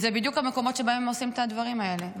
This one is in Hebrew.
אלה בדיוק המקומות שבהם הם עושים את הדברים האלה,